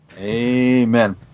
Amen